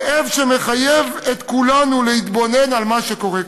כאב שמחייב את כולנו להתבונן על מה שקורה כאן.